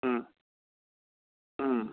ꯎꯝ ꯎꯝ